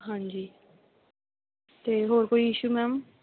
ਹਾਂਜੀ ਅਤੇ ਹੋਰ ਕੋਈ ਇਸ਼ੂ ਮੈਮ